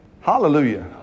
Hallelujah